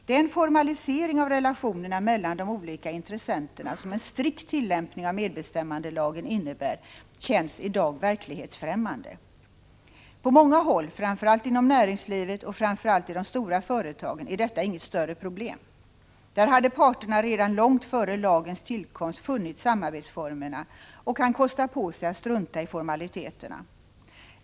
Den formalisering av relationerna mellan de olika intressenterna som en strikt tillämpning av medbestämmandelagen innebär känns i dag verklighetsfrämmande. På många håll, framför allt inom näringslivet och framför allt i de stora företagen, är detta inget större problem. Där hade parterna redan långt före lagens tillkomst funnit samarbetsformerna och kan kosta på sig att strunta i formaliteterna.